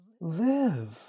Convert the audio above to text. Live